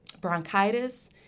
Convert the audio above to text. bronchitis